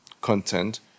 content